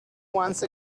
once